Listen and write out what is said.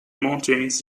mountains